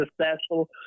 successful